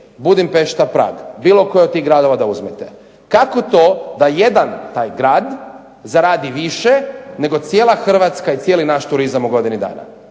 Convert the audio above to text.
Budimpešta, Prag bilo koji od tih gradova da uzmete. Kako to da jedan taj grad zaradi više nego cijela Hrvatska i cijeli naš turizam u godini dana.